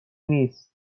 نیست